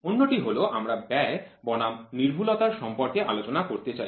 অন্যটি হল আমরা ব্যয় বনাম সূক্ষ্মতার সম্পর্কে আলোচনা করতে চাই